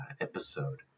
episode